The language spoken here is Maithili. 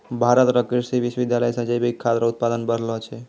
भारत रो कृषि विश्वबिद्यालय से जैविक खाद रो उत्पादन बढ़लो छै